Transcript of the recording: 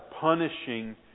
punishing